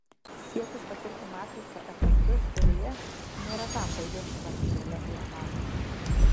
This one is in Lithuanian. siekis patirti matrica efektus kelyje neretam baigiasi magistrale į anapus